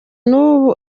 n’ubu